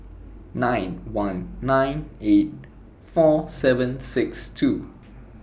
nine one nine eight four seven six two